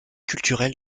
culturel